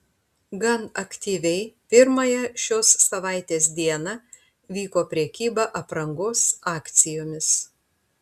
gan aktyviai pirmąją šios savaitės dieną vyko prekyba aprangos akcijomis